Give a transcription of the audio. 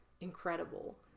incredible